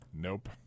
Nope